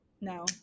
No